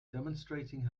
demonstrating